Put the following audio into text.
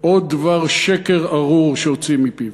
עוד דבר שקר ארור שהוציא מפיו,